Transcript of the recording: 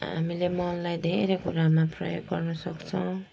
हामीले मललाई धेरै कुरामा प्रयोग गर्नु सक्छोैँ